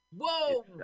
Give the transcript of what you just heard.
Whoa